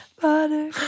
Butter